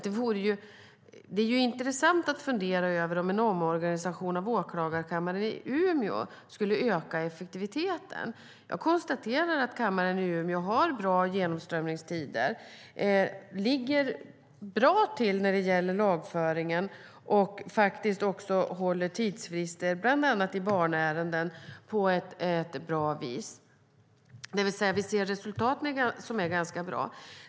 Det är dock intressant att fundera över om en omorganisation av åklagarkammaren i Umeå skulle öka effektiviteten. Jag konstaterar att åklagarkammaren i Umeå har bra genomströmningstider, ligger bra till när det gäller lagföring och även håller tidsfrister på ett bra vis, bland annat i barnärenden. Resultaten är alltså ganska bra.